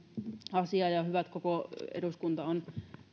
asia ja on hyvä että koko eduskunta on